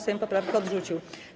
Sejm poprawkę odrzucił.